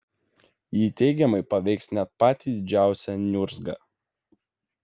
ji teigiamai paveiks net patį didžiausią niurzgą